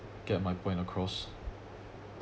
get my point across